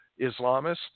Islamists